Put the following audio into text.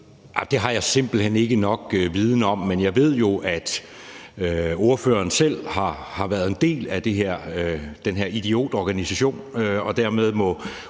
Det har jeg simpelt hen ikke nok viden om. Men jeg ved jo, at ordføreren selv har været en del af den her idiotorganisation, og dermed må